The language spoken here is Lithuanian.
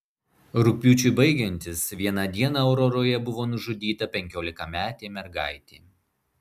rugpjūčiui baigiantis vieną dieną auroroje buvo nužudyta penkiolikametė mergaitė